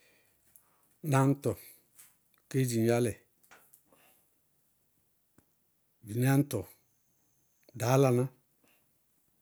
Náñtɔ, kédziŋyálɛ, vináñtɔ, ɖaálaná.